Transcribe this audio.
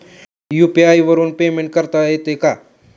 UPI वरून payment करता येते का?